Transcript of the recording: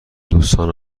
دوستان